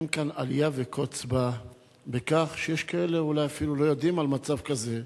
אין כאן אליה וקוץ בה בכך שיש כאלה שאולי אפילו לא יודעים על מצב כזה.